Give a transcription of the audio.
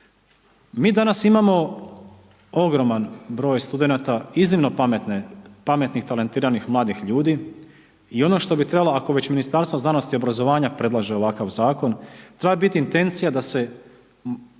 Mi danas imamo ogroman broj studenata, iznimno pametne, pametnih talentiranih mladih ljudi i ono što bi trebalo, ako već Ministarstvo znanosti i obrazovanja predlaže ovakav zakon, treba biti intencija, da se